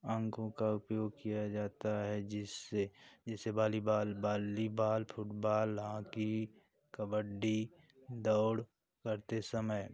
अंगों का उपयोग किया जाता है जिससे जिसे volleyball volleyball football hockey kabaddi दौड़ करते समय